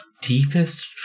deepest